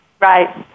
Right